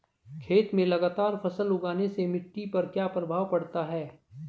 खेत में लगातार फसल उगाने से मिट्टी पर क्या प्रभाव पड़ता है?